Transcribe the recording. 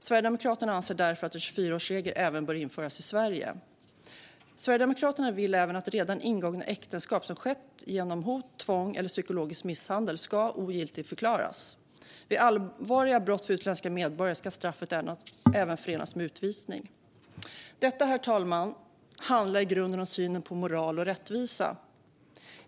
Sverigedemokraterna anser därför att en 24-årsregel även bör införas i Sverige. Sverigedemokraterna vill även att redan ingångna äktenskap som skett genom hot, tvång eller psykologisk misshandel ska ogiltigförklaras. Vid allvarliga brott ska straffet för utländska medborgare även förenas med utvisning. Detta, herr talman, handlar i grunden om synen på moral och rättvisa.